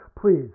Please